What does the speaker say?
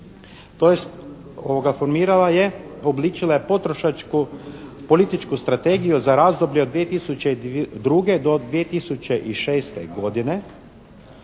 tj. formirala je uobličila je potrošačku strategiju za razdoblje od 2002. do 2006. godine